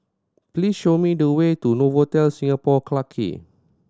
please show me the way to Novotel Singapore Clarke Quay